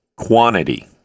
Quantity